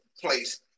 place